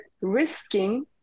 risking